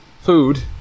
food